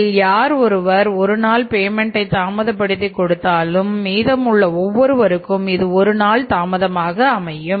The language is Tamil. இதில் யார் ஒருவர் ஒரு நாள் பேமென்ட்டை தாமதப்படுத்தி கொடுத்தாலும் மீதம் உள்ள ஒவ்வொருவருக்கும் அது ஒரு நாள் தாமதமாக அமையும்